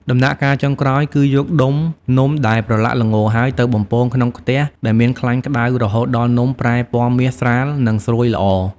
ដំណាក់កាលចុងក្រោយ គឺយកដុំនំដែលប្រឡាក់ល្ងរហើយ ទៅបំពងក្នុងខ្ទះដែលមានខ្លាញ់ក្តៅរហូតដល់នំប្រែពណ៌មាសស្រាល និងស្រួយល្អ។